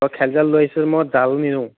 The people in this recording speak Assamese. তই খেয়ালি জাল লৈ আহিছ যদি মই জাল নিনিনোঁ